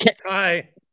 Hi